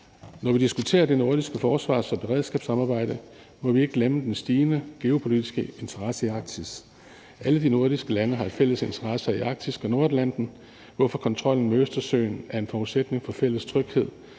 Når vi diskuterer det nordiske forsvars- og beredskabssamarbejde, må vi ikke glemme den stigende geopolitiske interesse i Arktis. Alle de nordiske lande har fælles interesser i Arktis og Nordatlanten, hvorfor kontrollen med Østersøen er en forudsætning for fælles tryghed.